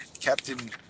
Captain